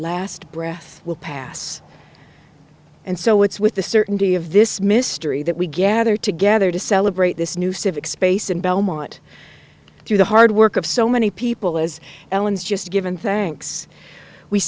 last breath will pass and so it's with the certainty of this mystery that we gather together to celebrate this new civic space in belmont through the hard work of so many people as ellen's just given thanks we